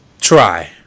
Try